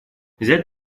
взять